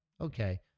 okay